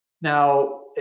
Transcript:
Now